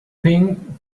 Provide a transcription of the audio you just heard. thing